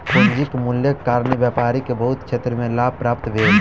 पूंजीक मूल्यक कारणेँ व्यापारी के बहुत क्षेत्र में लाभ प्राप्त भेल